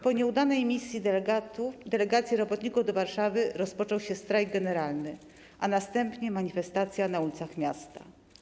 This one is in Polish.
Po nieudanej misji delegacji robotników do Warszawy, rozpoczął się strajk generalny, a następnie - manifestacja na ulicach miasta.